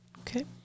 okay